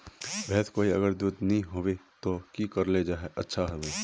भैंस कोई अगर दूध नि होबे तो की करले ले अच्छा होवे?